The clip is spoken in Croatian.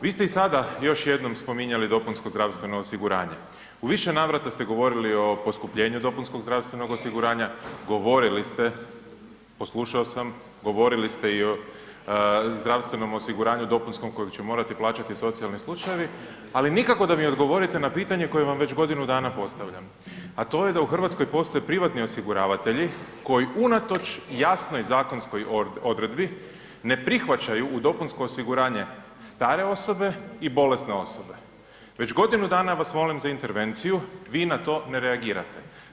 Vi ste i sada još jednom spominjali dopunsko zdravstveno osiguranje, u više navrata ste govorili o poskupljenju dopunskog zdravstvenog osiguranja, govorili ste, poslušao sam, govorili ste i o zdravstvenom osiguranju dopunskom kojeg će morati plaćati i socijalni slučajevi, ali nikako da mi odgovorite na pitanje koje vam već godinu dana postavljam, a to je da u RH postoje privatni osiguravatelji koji unatoč jasnoj zakonskoj odredbi ne prihvaćaju u dopunsko osiguranje stare osobe i bolesne osobe, već godinu dana vas molim za intervenciju, vi na to ne reagirate.